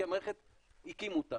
כי הקימו את המערכת,